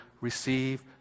receive